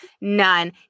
none